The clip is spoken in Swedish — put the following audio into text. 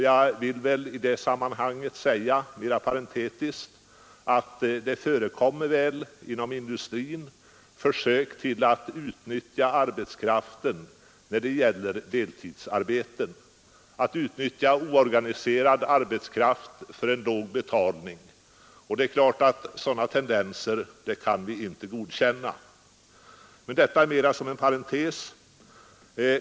Jag vill i det sammanhanget säga mera parentetiskt att det väl inom industrin görs försök att utnyttja oorganiserad arbetskraft till deltidsarbeten för låg betalning. Sådana tendenser kan vi givetvis inte godkänna. Men detta är som sagt mera såsom en parentes.